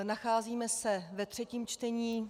Nacházíme se ve třetím čtení.